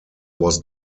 was